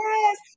Yes